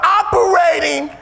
operating